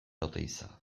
oteiza